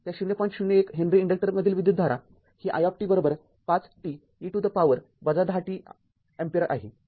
०१ henry इन्डक्टरमधील विद्युतधारा ही i ५ t e to the power १० t ampere आहे